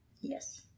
Yes